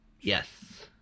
Yes